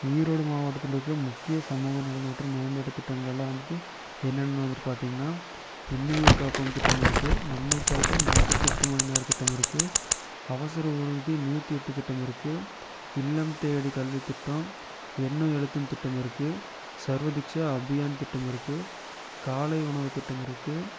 ஈரோடு மாவட்டத்தில் இருக்கிற முக்கிய சமூக நலன் மற்றும் மேம்பாட்டு திட்டங்கள் எல்லாம் வந்துவிட்டு என்னன்னு வந்துவிட்டு பார்த்திங்னா இன்னுயிர் காப்போம் திட்டம் இருக்கு நம்மை காக்கும் நாற்பத்தி எட்டு மணி நேர திட்டம் இருக்கு அவசர ஊர்தி நூற்றி எட்டு திட்டம் இருக்கு இல்லம் தேடி கல்வி திட்டம் எண்ணும் எழுத்தும் திட்டம் இருக்கு சர்வதிக்ஷா அபியான் திட்டம் இருக்கு காலை உணவு திட்டம் இருக்கு